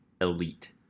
elite